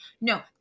No